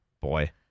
boy